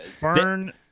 Burn